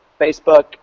Facebook